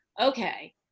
okay